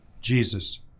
Jesus